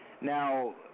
Now –